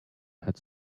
had